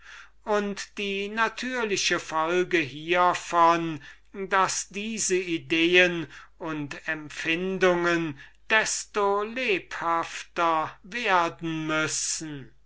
konzentrieren die natürliche folge hievon daß diese ideen und empfindungen desto lebhafter werden müssen